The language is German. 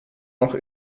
noch